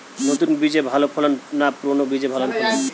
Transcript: নতুন বীজে ভালো ফলন না পুরানো বীজে ভালো ফলন?